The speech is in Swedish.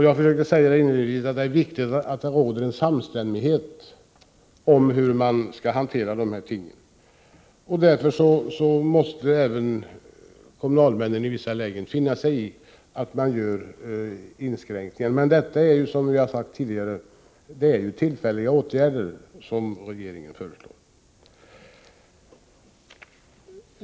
Jag försökte säga inledningsvis att det är viktigt att det råder en samstämmighet om hur man skall hantera dessa ting. Därför måste även kommunalmän i vissa lägen finna sig i att man gör inskränkningar. Men det är ju, som jag har sagt tidigare, fråga om tillfälliga åtgärder som regeringen föreslår.